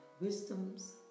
wisdom's